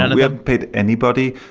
and we haven't paid anybody.